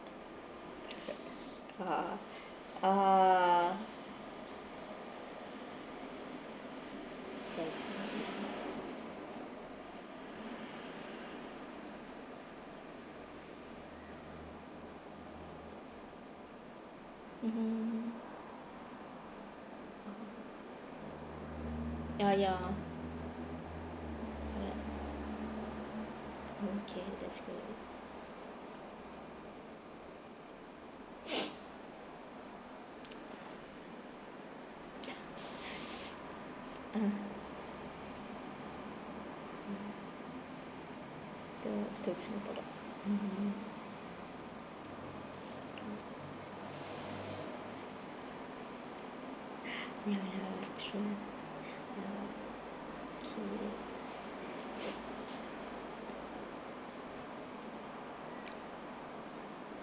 uh uh I see I see mmhmm ya ya correct okay that's good (uh huh) to to singapore do~ mmhmm ya ya true ya okay